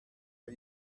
are